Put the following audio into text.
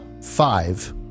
five